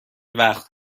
وقت